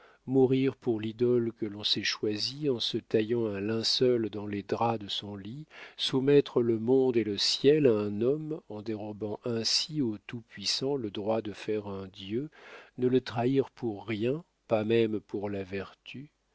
mourir pour l'idole que l'on s'est choisie en se taillant un linceul dans les draps de son lit soumettre le monde et le ciel à un homme en dérobant ainsi au tout-puissant le droit de faire un dieu ne le trahir pour rien pas même pour la vertu